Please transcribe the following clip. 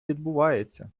відбувається